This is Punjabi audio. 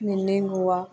ਮਿੰਨੀ ਗੋਆ